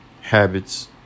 habits